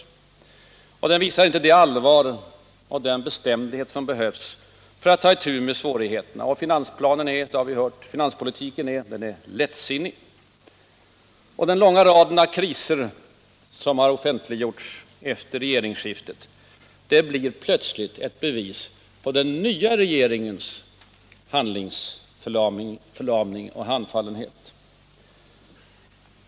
Regeringen visar inte det allvar och den bestämdhet som behövs för att ta itu med svårigheterna. Finanspolitiken, har vi fått höra, är lättsinnig. Den långa raden av kriser, som har offentliggjorts efter regeringsskiftet, blir plötsligt ett bevis på den nya regeringens handlingsförlamning och handfallenhet.